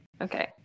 Okay